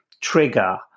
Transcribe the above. trigger